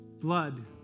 blood